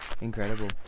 Incredible